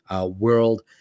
world